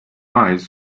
eyes